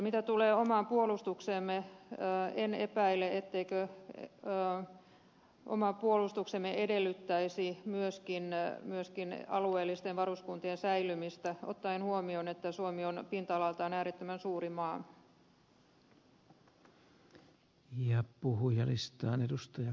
mitä tulee omaan puolustukseemme en epäile etteikö oma puolustuksemme edellyttäisi myöskin alueellisten varuskuntien säilymistä ottaen huomioon että suomi on pinta alaltaan äärettömän suuri maa